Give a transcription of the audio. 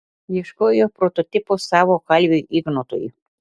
ieškojo prototipo savo kalviui ignotui